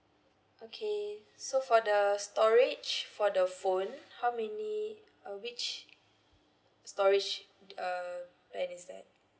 okay so for the storage for the phone how many uh which storage uh plan is that